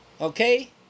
okay